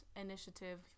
initiative